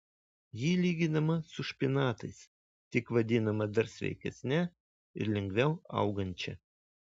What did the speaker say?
ji lyginama su špinatais tik vadinama dar sveikesne ir lengviau augančia